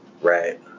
Right